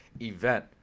event